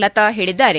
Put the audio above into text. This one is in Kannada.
ಲತಾ ಹೇಳದ್ದಾರೆ